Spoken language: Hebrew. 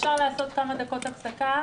אפשר לעשות כמה דקות הפסקה,